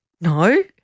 No